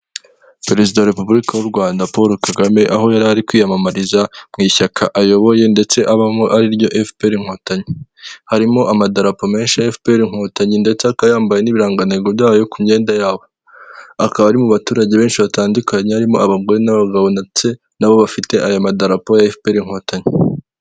Perezida wa repubulika w'u Rwanda Paul Kagame, aho yari ari kwiyamamariza mu ishyaka ayoboye ndetse abamo, ariryo FPR inkotanyi, harimo amadarapo menshi ya FPR inkotanyi ndetse akaba yambaye n'ibirangantego byayo ku myenda yabo, akaba ari mu baturage benshi batandukanye, harimo abagore n'abagabo, ndetse na bo bafite aya madarapo ya FPR inkotanyi.